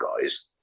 guys